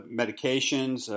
medications